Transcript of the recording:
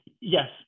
Yes